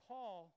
Paul